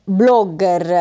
blogger